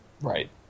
Right